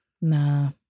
Nah